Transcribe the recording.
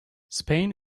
spain